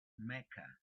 mecca